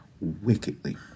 wickedly